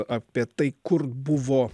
apie tai kur buvo